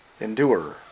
endure